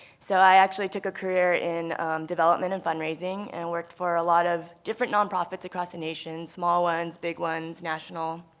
so i actually took a career in development and fundraising and worked for a lot of different nonprofits across the nation, small ones, big ones, national.